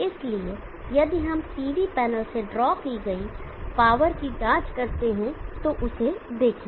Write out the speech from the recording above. इसलिए यदि हम PV पैनल से ड्रॉ गई पावर की जांच करते हैं तो उसे देखें